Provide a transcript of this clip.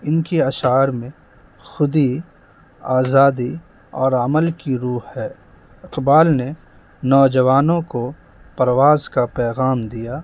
ان کی اشعار میں خودی آزادی اور عمل کی روح ہے اقبال نے نوجوانوں کو پرواز کا پیغام دیا